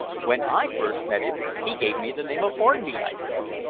when i first met him he gave me the name of hornby, i said.